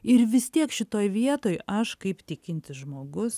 ir vis tiek šitoj vietoj aš kaip tikintis žmogus